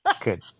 good